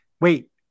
wait